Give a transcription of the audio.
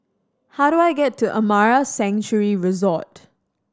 how do I get to Amara Sanctuary Resort